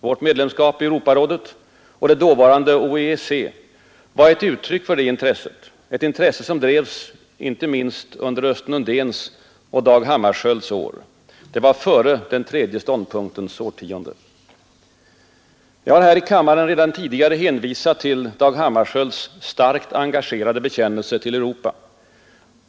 Vårt medlemskap i Europarådet och det dåvarande OEEC var ett uttryck för detta intresse, ett intresse som drevs inte minst under Östen Undéns och Dag Hammarskjölds år. Det var före ”den tredje ståndpunktens” årtionde. Jag har här i kammaren redan tidigare hänvisat till Dag Hammarskjölds starkt engagerade bekännelse till Europa.